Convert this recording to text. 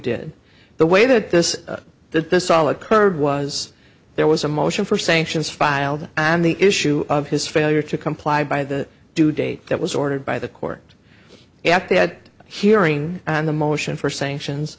did the way that this that this all occurred was there was a motion for sanctions filed and the issue of his failure to comply by the due date that was ordered by the court after that hearing and the motion for sanctions